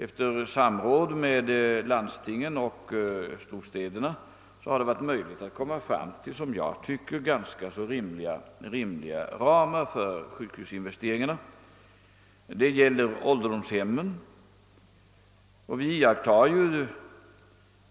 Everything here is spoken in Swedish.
Efter samråd med landstingen och storstäderna har vi kunnat åstadkomma enligt min mening ganska rimliga ramar för sjukhusinvesteringarna. Detta gäller också beträffande ålderdomshemmen. Vi iakttar